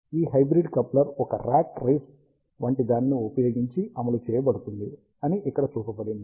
ఈ hybrid coupler ఒక rat race వంటి దానిని ఉపయోగించి అమలుచేయబడుతుంది అని ఇక్కడ చూపబడింది